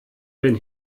wenn